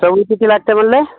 चवळी किती लागते म्हणाले